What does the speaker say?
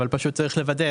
אבל פשוט צריך לוודא,